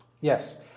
Yes